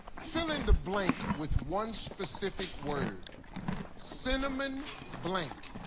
fill in the blank with one specific word cinnamon blank.